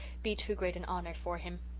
be too great an honour for him.